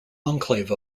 enclave